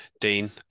Dean